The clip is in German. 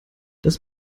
das